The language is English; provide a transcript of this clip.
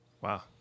Wow